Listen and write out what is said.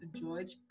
George